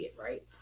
right